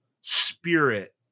spirit